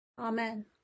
Amen